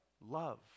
love